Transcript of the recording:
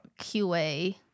QA